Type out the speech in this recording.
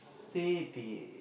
say they